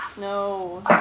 No